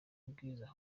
bwiza